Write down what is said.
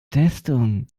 testung